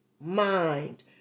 mind